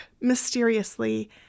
mysteriously